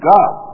God